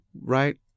right